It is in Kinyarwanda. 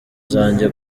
zanjye